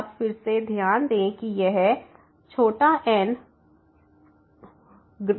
तो आप फिर से ध्यान दें कि यह nN है